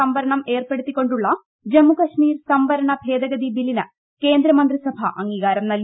സംവരണം ഏർപ്പെടുത്തിക്കൊണ്ടുള്ള ജമ്മു കാശ്മീർ സംവരണ ഭേദഗതി ബില്ലിന് കേന്ദ്രമന്ത്രിസഭ അംഗീകാരം നൽകി